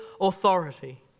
authority